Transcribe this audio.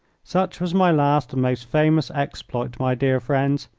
such was my last and most famous exploit, my dear friends,